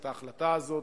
את ההחלטה הזאת,